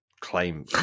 claim